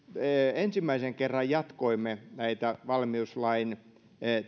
ensimmäisen kerran jatkoimme näiden valmiuslain